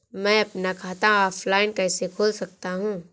मैं अपना खाता ऑफलाइन कैसे खोल सकता हूँ?